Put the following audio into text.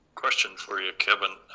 question for you kevin.